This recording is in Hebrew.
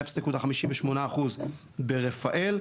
ו- 0.58% ברפאל,